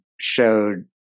showed